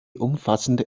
umfassend